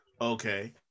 okay